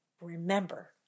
remember